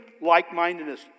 like-mindedness